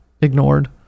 ignored